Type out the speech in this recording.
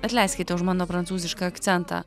atleiskite už mano prancūzišką akcentą